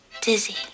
dizzy